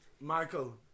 Michael